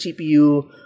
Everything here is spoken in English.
cpu